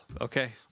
Okay